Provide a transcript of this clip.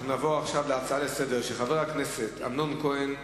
נעבור להצעה לסדר-היום של חבר הכנסת אמנון כהן,